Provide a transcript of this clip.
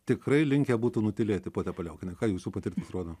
tikrai linkę būtų nutylėti ponia paliaukiene ką jūsų patirtis rodo